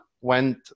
went